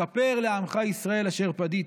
כפר לעמך ישראל אשר פדית".